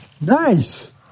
Nice